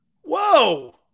whoa